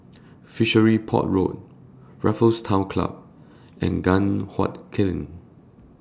Fishery Port Road Raffles Town Club and Guan Huat Kiln